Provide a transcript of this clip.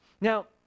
Now